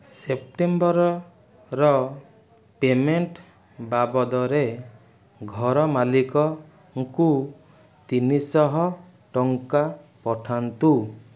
ସେପ୍ଟେମ୍ବରର payment ବାବଦରେ ଘର ମାଲିକଙ୍କୁ ତିନିଶହ ଟଙ୍କା ପଠାନ୍ତୁ